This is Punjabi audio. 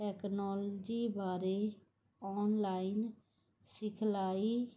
ਟੈਕਨੋਲਜੀ ਬਾਰੇ ਔਨਲਾਈਨ ਸਿਖਲਾਈ